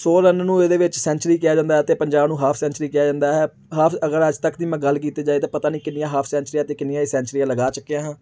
ਸੌ ਰਨ ਨੂੰ ਇਹਦੇ ਵਿੱਚ ਸੈਂਚਰੀ ਕਿਹਾ ਜਾਂਦਾ ਹੈ ਅਤੇ ਪੰਜਾਹ ਨੂੰ ਹਾਫ ਸੈਂਚਰੀ ਕਿਹਾ ਜਾਂਦਾ ਹੈ ਹਾਫ ਅਗਰ ਅੱਜ ਤੱਕ ਦੀ ਮੈਂ ਗੱਲ ਕੀਤੀ ਜਾਏ ਤਾਂ ਪਤਾ ਨਹੀਂ ਕਿੰਨੀਆਂ ਹਾਫ ਸੈਂਚਰੀਆਂ ਅਤੇ ਕਿੰਨੀਆਂ ਹੀ ਸੈਂਚਰੀਆਂ ਲੱਗਾ ਚੁੱਕਿਆ ਹਾਂ